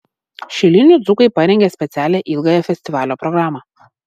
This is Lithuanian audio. šilinių dzūkai parengė specialią ilgąją festivalio programą